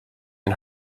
and